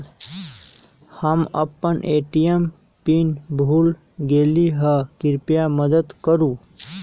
हम अपन ATM pin भूल गेली ह, कृपया मदत करू